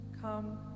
Come